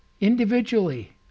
individually